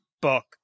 book